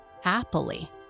happily